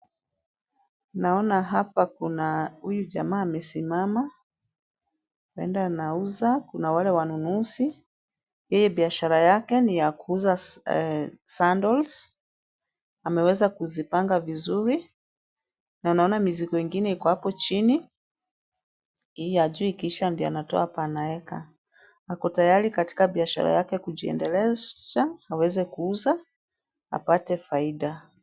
Naona hapa kuna huyu jamaa amesimama, yeye ndio anauza, kuna wale wanunuzi. Yeye biashara yake ni ya kuuza sandals , ameweza kuzipanga vizuri na naona mizigo ingine iko hapo chini. Hii ya juu ikiisha ndio anatoa hapo anaweka. Ako tayari katika biashara yake kujiendeleza, aweze kuuza apate faida.